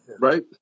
right